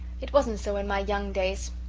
it wasn't so in my young days.